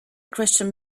christian